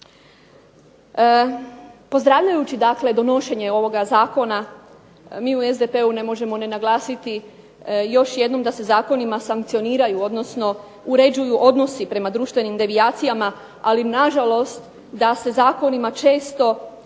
Pozdravljajući dakle donošenje ovoga zakona mi u SDP-u ne možemo ne naglasiti još jednom da se zakonima sankcioniraju, odnosno uređuju odnosi prema društvenim devijacijama, ali na žalost da se zakonima često